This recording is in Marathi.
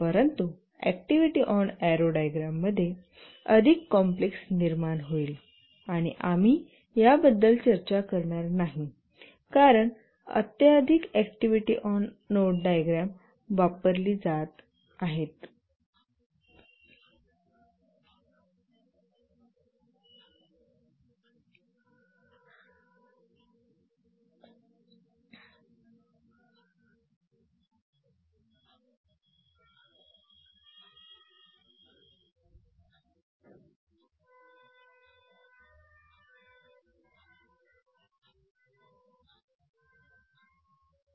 परंतु अॅक्टिव्हिटी ऑन एरो डायग्राममध्ये अधिक कॉम्प्लेक्स निर्माण होईल आणि आम्ही याबद्दल चर्चा करणार नाही कारण अत्यधिक ऍक्टिव्हिटी ऑन नोड डायग्राम वापरली जात आहेत